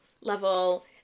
level